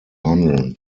handeln